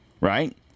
right